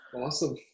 Awesome